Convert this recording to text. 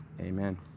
Amen